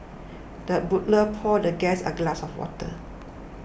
the butler poured the guest a glass of water